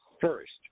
first